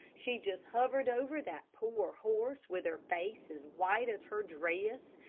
she just hovered over that poor horse with her face as white as her dress,